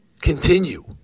continue